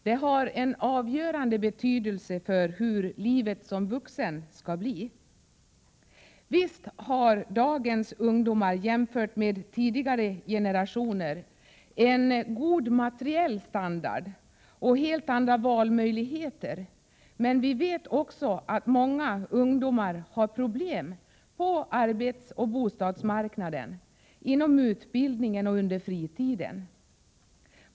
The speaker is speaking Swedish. Det har en avgörande betydelse för hur livet som vuxen skall bli. Visst har dagens ungdomar, jämfört med tidigare generationer, en god materiell standard och helt andra valmöjligheter. Men vi vet också att många ungdomar har problem på arbetsoch bostadsmarknaden, inom utbildningen och under fritiden.